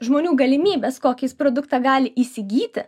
žmonių galimybės kokį jis produktą gali įsigyti